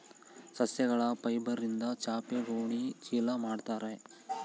ಸಸ್ಯಗಳ ಫೈಬರ್ಯಿಂದ ಚಾಪೆ ಗೋಣಿ ಚೀಲ ಮಾಡುತ್ತಾರೆ